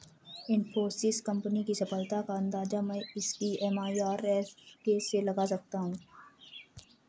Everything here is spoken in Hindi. इन्फोसिस कंपनी की सफलता का अंदाजा मैं इसकी एम.आई.आर.आर से लगा सकता हूँ